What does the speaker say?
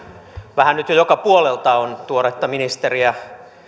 vähän nyt jo joka puolelta on tuoretta ministeriä